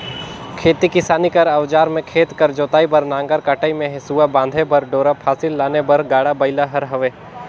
खेती किसानी कर अउजार मे खेत कर जोतई बर नांगर, कटई मे हेसुवा, बांधे बर डोरा, फसिल लाने बर गाड़ा बइला हर हवे